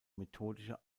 methodische